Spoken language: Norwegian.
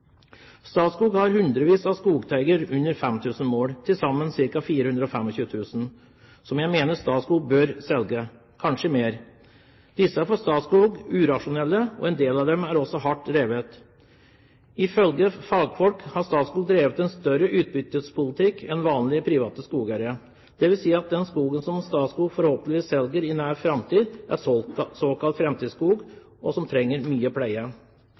Statskog har hundrevis av skogteiger på under 5 000 mål, til sammen ca. 425 000 mål, kanskje mer, som jeg mener Statskog bør selge. Disse er for Statskog urasjonelle, og en del av dem er også hardt drevet. Ifølge fagfolk har Statskog drevet en større utbyttepolitikk enn vanlige, private skogeiere. Det vil si at den skogen som Statskog forhåpentligvis selger i nær framtid, er såkalt framtidsskog, som trenger mye pleie.